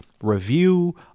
review